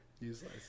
useless